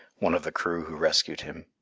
one of the crew who rescued him.